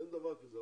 אין דבר כזה,